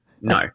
no